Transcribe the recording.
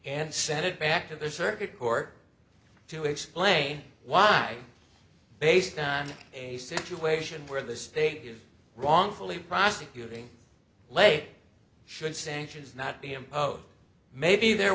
and sent it back to the circuit court to explain why based on a situation where the state is wrongfully prosecuting late should sanctions not be imposed maybe there